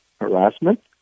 harassment